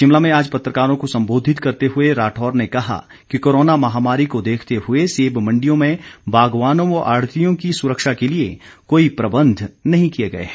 शिमला में आज पत्रकारों को सम्बोधित करते हुए राठौर ने कहा कि कोरोना महामारी को देखते हए सेब मंडियों में बागवानों व आढ़तियों की सुरक्षा के लिए कोई प्रबंध नहीं किए गए हैं